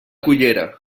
cullera